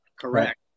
Correct